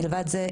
מלבד זה,